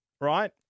right